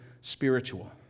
spiritual